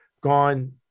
gone –